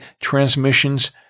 transmissions